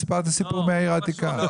סיפרתי סיפור מהעיר העתיקה.